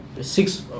Six